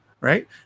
right